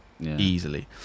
easily